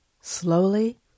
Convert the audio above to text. slowly